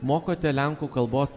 mokote lenkų kalbos